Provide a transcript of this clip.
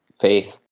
faith